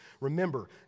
Remember